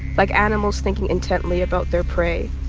like animals thinking intently about their prey.